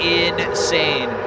insane